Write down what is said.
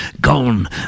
gone